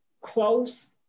close